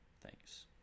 Thanks